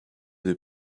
des